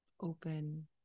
open